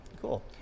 Cool